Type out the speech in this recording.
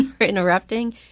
interrupting